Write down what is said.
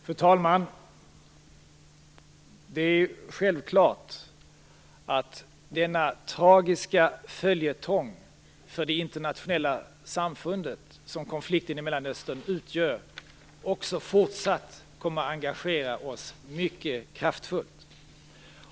Fru talman! Det är självklart att den tragiska följetong för det internationella samfundet som konflikten i Mellanöstern utgör också fortsatt kommer att engagera oss mycket kraftfullt.